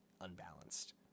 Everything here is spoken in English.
unbalanced